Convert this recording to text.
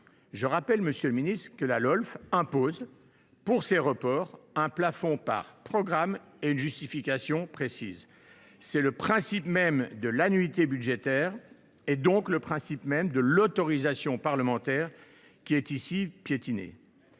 Je rappelle, monsieur le ministre, que la Lolf impose, pour ces reports, un plafond par programme et une justification précise ! C’est le principe même de l’annualité budgétaire, donc le principe même de l’autorisation parlementaire, qui est piétiné